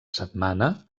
setmana